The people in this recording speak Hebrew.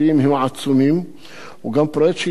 הוא גם פרויקט שייתכן שהוא נובע מתפיסת